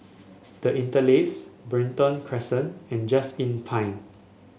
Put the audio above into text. The Interlace Brighton Crescent and Just Inn Pine